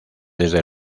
desde